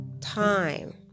time